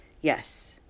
Yes